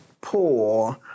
Poor